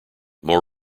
more